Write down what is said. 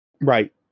Right